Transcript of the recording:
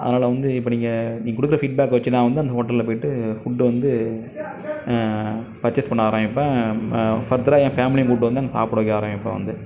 அதனால் வந்து இப்போ நீங்கள் நீங் கொடுக்குற ஃபீட்பேக்கை வச்சு நான் வந்து அந்த ஹோட்டலில் போயிட்டு ஃபுட்டு வந்து பர்சேஸ் பண்ண ஆரமிப்பேன் ஃபர்தராக என் ஃபேமிலியும் கூட்டு வந்து அங்கே சாப்பிட வைக்க ஆரமிப்பேன் வந்து